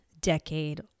decade